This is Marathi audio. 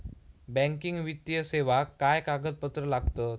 बँकिंग वित्तीय सेवाक काय कागदपत्र लागतत?